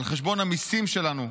על חשבון המיסים שלנו,